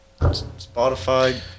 spotify